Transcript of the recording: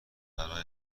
برای